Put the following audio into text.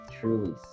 truly